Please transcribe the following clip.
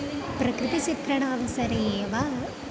प्रकृतिचित्रणावसरे एव